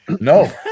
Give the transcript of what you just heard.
no